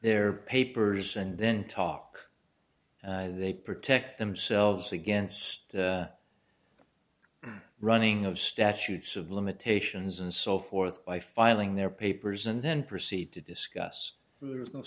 their papers and then talk they protect themselves against running of statutes of limitations and so forth by filing their papers and then proceed to discuss th